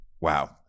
wow